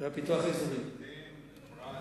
והפיתוח האזורי, הירדן והפרת.